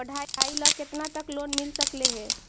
पढाई ल केतना तक लोन मिल सकले हे?